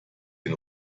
den